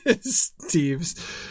Steve's